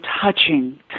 touching